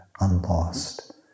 unlost